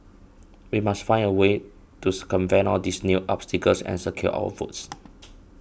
we must find a way to circumvent all these new obstacles and secure our votes